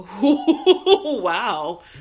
Wow